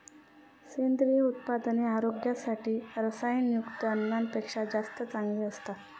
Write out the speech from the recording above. सेंद्रिय उत्पादने आरोग्यासाठी रसायनयुक्त अन्नापेक्षा जास्त चांगली असतात